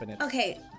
Okay